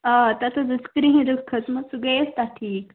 آ تتھ حظ ٲس کرٛہِنۍ رٕکھ کٔھژمٕژ سۅ گٔییہِ حظ تتھ ٹھیٖک